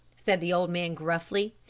said the old man gruffly.